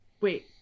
Wait